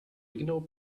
ignore